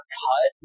cut